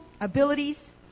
abilities